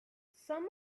some